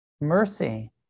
Mercy